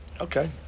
Okay